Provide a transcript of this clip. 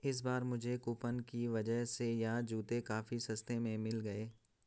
इस बार मुझे कूपन की वजह से यह जूते काफी सस्ते में मिल गए